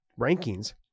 rankings